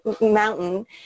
mountain